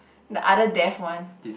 the other death one